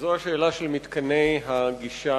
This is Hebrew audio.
וזו השאלה של מתקני הגישה,